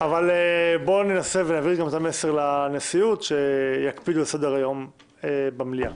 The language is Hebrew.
בואו ננסה להעביר את המסר לנשיאות שיקפידו על סדר-היום במליאה.